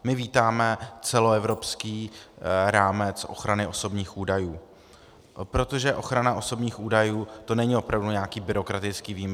My vítáme celoevropský rámec ochrany osobních údajů, protože ochrana osobních údajů, to není opravdu nějaký byrokratický výmysl.